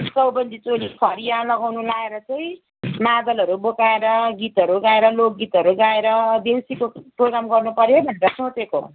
चौबन्दी चोली फरिया लगाउनु लएर चाहिँ मादलहरू बोकाएर गीतहरू गाएर लोक गीतहरू गाएर देउसीको प्रोगाम गर्नु पर्यो भनेर सोचेको